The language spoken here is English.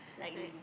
likely